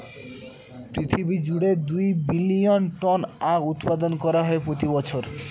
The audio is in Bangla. পৃথিবী জুড়ে দুই বিলীন টন আখ উৎপাদন হয় প্রতি বছর